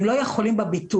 הם לא יכולים לעסוק בביטול.